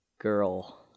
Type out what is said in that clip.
girl